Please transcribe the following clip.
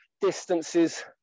distances